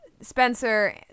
Spencer